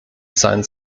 sein